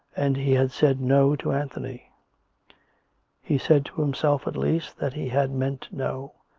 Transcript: and he had said no to anthony he said to himself at least that he had meant no,